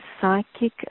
psychic